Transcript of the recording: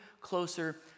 closer